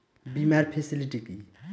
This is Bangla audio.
বীমার ফেসিলিটি কি?